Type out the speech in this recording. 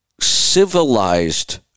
civilized